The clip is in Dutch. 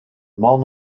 man